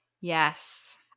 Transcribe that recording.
Yes